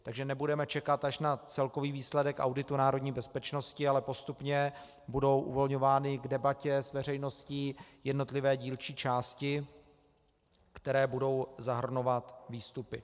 Takže nebudeme čekat až na celkový výsledek auditu národní bezpečnosti, ale postupně budou uvolňovány k debatě s veřejností jednotlivé dílčí části, které budou zahrnovat výstupy.